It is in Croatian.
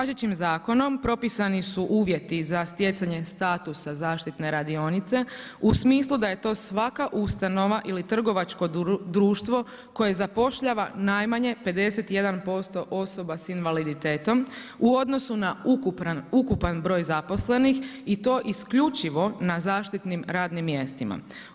Važećim zakonom propisani su uvjeti za stjecanje statusa zaštitne radionice u smislu da je to svaka ustanova ili trgovačko društvo koje zapošljava najmanje 51% osoba s invaliditetom u odnosnu na ukupan broj zaposlenih i to isključivo na zaštitnim radnim mjestima.